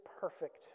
perfect